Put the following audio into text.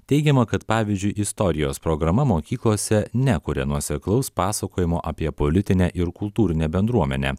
teigiama kad pavyzdžiui istorijos programa mokyklose nekuria nuoseklaus pasakojimo apie politinę ir kultūrinę bendruomenę